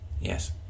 Yes